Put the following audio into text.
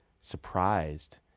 surprised